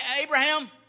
Abraham